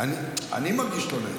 אני מרגיש לא נעים,